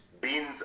beans